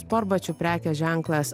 sportbačių prekės ženklas